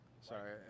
sorry